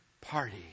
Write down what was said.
party